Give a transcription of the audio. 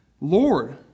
Lord